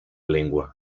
lengua